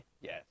Yes